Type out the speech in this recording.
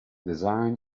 design